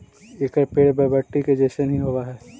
एकर पेड़ बरबटी के जईसन हीं होब हई